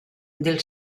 del